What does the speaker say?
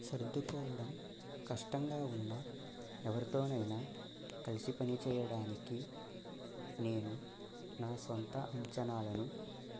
సర్దుకోవడం కష్టంగా ఉన్నా ఎవరితోనైనా కలిసి పనిచేయడానికి నేను నా స్వంత అంచనాలను